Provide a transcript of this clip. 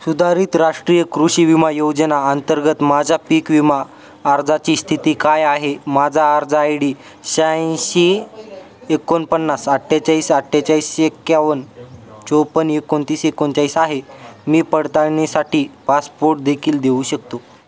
सुधारित राष्ट्रीय कृषी विमा योजना अंतर्गत माझा पीक विमा अर्जाची स्थिती काय आहे माझा अर्ज आय डी शहाऐंशी एकोणपन्नास अठ्ठेचाळीस अठ्ठेचाळीस से एकावन्न चोपन्न एकोणतीस एकोणचाळीस आहे मी पडताळणीसाठी पासपोर्ट देखील देऊ शकतो